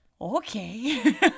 Okay